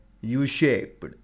U-shaped